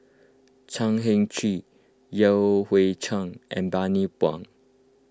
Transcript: Chan Heng Chee Yan Hui Chang and Bani Buang